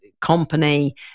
company